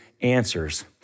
answers